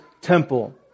temple